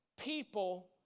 people